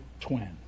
twin